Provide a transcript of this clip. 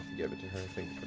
you gave it to her to